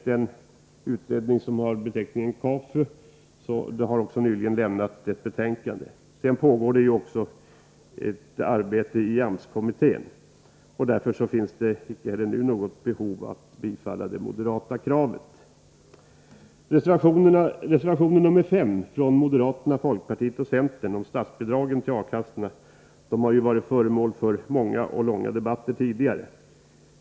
Den utredning som har beteckningen KAFU har också nyligen lämnat ett betänkande. Dessutom pågår ett arbete även i AMS-kommittén. Därför finns det inte något behov av att bifalla det moderata kravet. Reservationen nr 5 från moderaterna, folkpartiet och centern berör statsbidragen till A-kassorna. De har ju varit föremål för många och långa debatter tidigare.